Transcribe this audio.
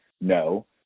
No